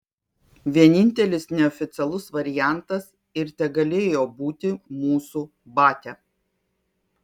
vienintelis neoficialus variantas ir tegalėjo būti mūsų batia